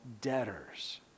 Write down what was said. debtors